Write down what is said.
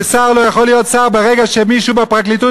ששר לא יכול להיות שר ברגע שמישהו בפרקליטות